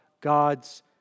God's